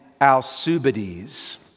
Alcibiades